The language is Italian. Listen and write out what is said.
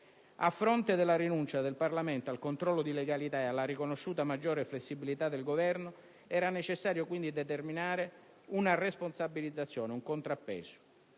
A fronte della rinuncia del Parlamento al controllo di legalità e alla riconosciuta maggiore flessibilità del Governo, era necessario quindi determinare una responsabilizzazione, un contrappeso.